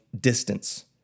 distance